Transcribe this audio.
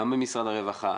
גם במשרד הרווחה,